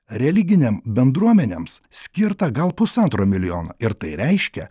religinėm bendruomenėms skirta gal pusantro milijono ir tai reiškia